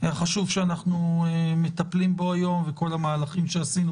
החשוב שאנחנו מטפלים בו היום וכל המהלכים שעשינו